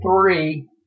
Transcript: three